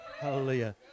Hallelujah